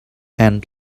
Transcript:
and